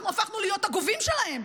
אנחנו הפכנו להיות הגובים שלהם,